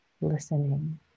listening